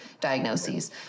diagnoses